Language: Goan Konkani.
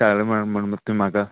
सांगलें म्हूण म्हूण तूं म्हाका